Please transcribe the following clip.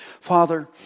Father